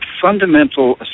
fundamental